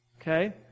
Okay